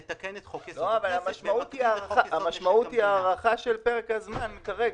נתקן את חוק-יסוד: הכנסת --- המשמעות היא הארכת של פרק הזמן כרגע.